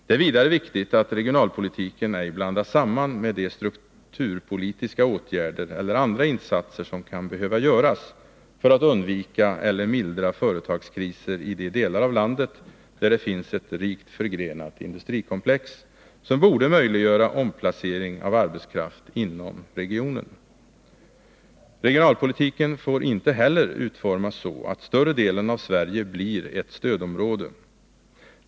Det är vidare viktigt att regionalpolitiken ej blandas samman med de strukturpolitiska åtgärder eller andra insatser som kan behöva göras för att undvika eller mildra företagskriser i de delar av landet där det finns ett rikt förgrenat industrikomplex, som borde möjliggöra omplacering av arbetskraft inom regionen. Regionalpolitiken får inte heller utformas så, att större delen av Sverige blir ett stödområde.